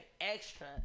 extra